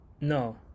no